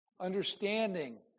understanding